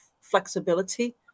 flexibility